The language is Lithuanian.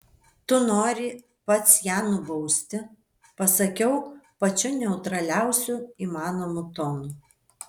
tu nori pats ją nubausti pasakiau pačiu neutraliausiu įmanomu tonu